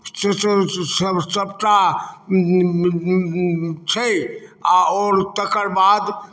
से से सभटा छै आओर तकर बाद